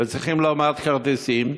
וצריכים לא מעט כרטיסים.